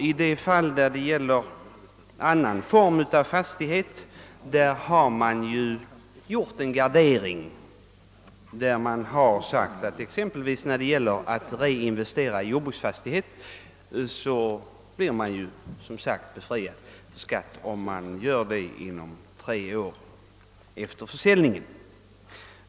I de fall då det gäller annan form av fastighet har gjorts en gardering så att när man t.ex. reinvesterar i en jordbruksfastighet blir man befriad från skatt om man gör det inom tre år efter försäljningen.